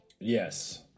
Yes